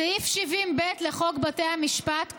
סעיף 70ב לחוק בתי המשפט קובע: